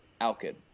Alkid